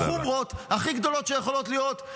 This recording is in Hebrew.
בחומרות הכי גדולות שיכולות להיות,